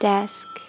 Desk